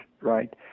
Right